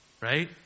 right